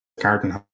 garden